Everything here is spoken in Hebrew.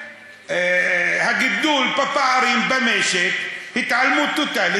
והגידול בפערים במשק, התעלמות טוטלית.